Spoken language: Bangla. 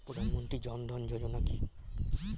প্রধানমন্ত্রী জনধন যোজনা কি?